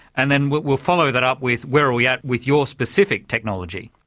and then we'll we'll follow that up with where are we at with your specific technology?